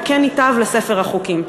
וכן ייטב לספר החוקים.